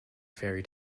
fairy